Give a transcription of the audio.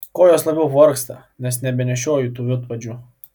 kojos labiau pavargsta nes nebenešioju tų vidpadžių